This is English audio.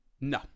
No